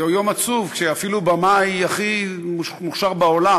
זהו יום עצוב שאפילו הבמאי הכי מוכשר בעולם